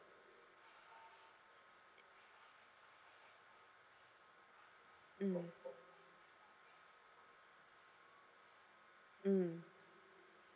mm mm